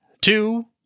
two